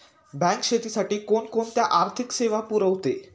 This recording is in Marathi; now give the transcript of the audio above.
बँक शेतीसाठी कोणकोणत्या आर्थिक सेवा पुरवते?